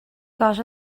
got